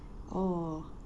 oh